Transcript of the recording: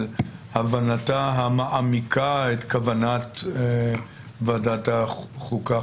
על הבנתה המעמיקה את כוונת ועדת החוקה,